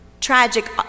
tragic